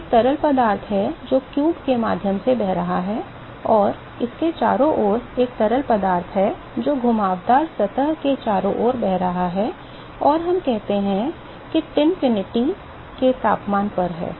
तो एक तरल पदार्थ है जो घन के माध्यम से बह रहा है और इसके चारों ओर एक और तरल पदार्थ है जो घुमावदार सतह के चारों ओर बह रहा है और हम कहते हैं कि यह टिनफिनिटी के तापमान पर है